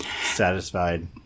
Satisfied